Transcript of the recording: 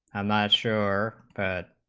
am not sure but